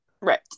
Right